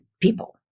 people